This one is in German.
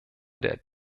der